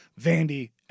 Vandy